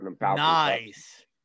nice